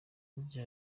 burya